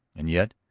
and yet,